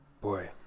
boy